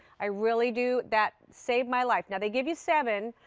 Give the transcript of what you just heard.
i really do. that saved my life. yeah they give you seven.